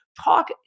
Talk